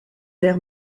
der